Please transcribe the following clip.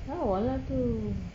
lawa lah tu